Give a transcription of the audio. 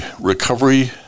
recovery